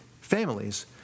families